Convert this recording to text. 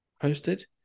posted